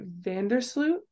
vandersloot